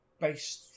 based